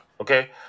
okay